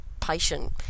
patient